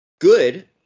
good